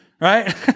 right